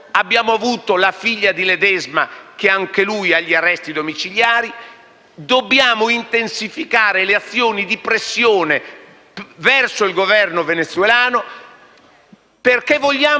E io credo che la linea indicata dal Ministro degli esteri mai come oggi rappresenti con efficacia la linea di tutto il Parlamento.